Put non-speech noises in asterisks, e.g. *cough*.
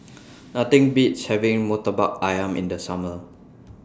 *noise* Nothing Beats having Murtabak Ayam in The Summer *noise*